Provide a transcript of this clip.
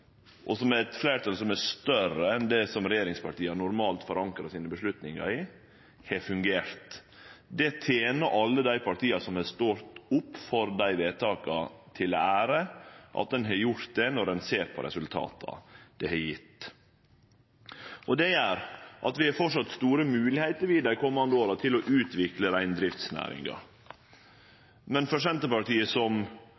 og med eit fleirtal som er større enn det regjeringspartia normalt forankrar avgjerdene sine i, har fungert. Det tener alle dei partia som har stått opp for dei vedtaka, til ære at ein har gjort det, når ein ser på resultata det har gjeve. Og det gjer at vi framleis har store moglegheiter i dei komande åra til å utvikle